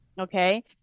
Okay